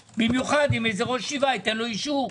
במיוחד אם איזה ראש ישיבה ייתן לו אישור.